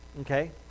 okay